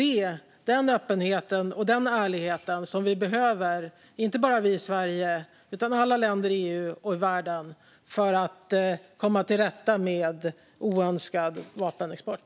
Det är sådan öppenhet och ärlighet vi behöver, inte bara vi i Sverige utan alla länder i EU och i världen, för att komma till rätta med oönskad vapenexport.